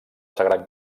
sagrat